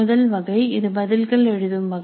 முதல் வகை இது பதில்கள் எழுதும் வகை